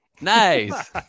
Nice